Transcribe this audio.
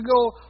go